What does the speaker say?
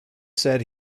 said